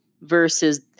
versus